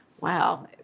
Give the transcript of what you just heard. wow